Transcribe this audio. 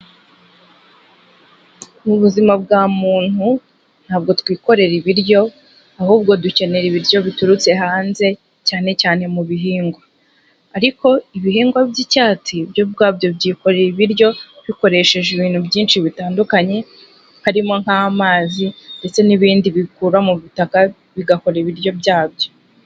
Mu buzima bwa muntu ntabwo twikorera ibiryo ahubwo dukenera ibiryo biturutse hanze cyane cyane mu bihingwa, ariko ibihingwa by'icyatsi byo ubwabyo byikorera ibiryo bikoresheje ibintu byinshi bitandukanye harimo nk'amazi ndetse n'ibindi bikura mu butaka bigakora ibiryo byabyo.